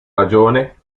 ragione